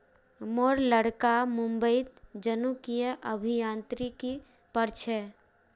मोर लड़का मुंबईत जनुकीय अभियांत्रिकी पढ़ छ